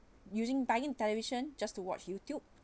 using buying television just to watch youtube